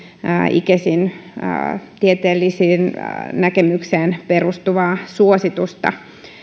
icesin tieteelliseen näkemykseen perustuvaa suositusta